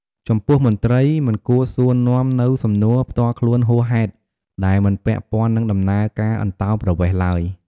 ចំពោះមន្ត្រីមិនគួរសួរនាំនូវសំណួរផ្ទាល់ខ្លួនហួសហេតុដែលមិនពាក់ព័ន្ធនឹងដំណើរការអន្តោប្រវេសន៍ឡើយ។